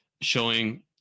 showing